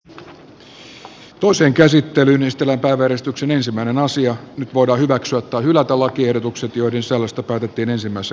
toisen käsittelyn eteläpää verestyksen ensimmäinen nyt voidaan hyväksyä tai hylätä lakiehdotukset joiden sisällöstä päätettiin ensimmäisessä käsittelyssä